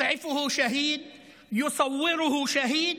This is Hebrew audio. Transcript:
שמנסה להצילו שהיד,